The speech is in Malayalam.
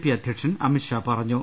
പി അധ്യക്ഷൻ അമിത്ഷാ പറഞ്ഞു